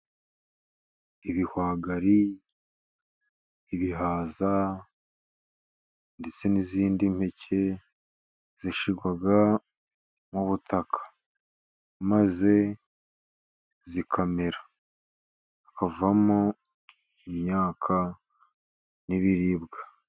Ibihwagari, ibihaza ndetse n'izindi mpeke zishyirwa mu butaka, maze zikamera hakavamo imyaka n'ibiribwa.